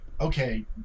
okay